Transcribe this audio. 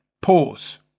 Pause